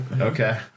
Okay